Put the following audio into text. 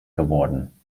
geworden